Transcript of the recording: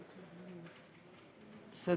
בסדר.